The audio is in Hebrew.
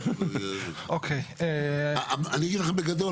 אני אגיד לך בגדול,